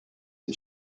and